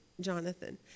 Jonathan